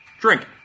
Drink